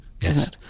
Yes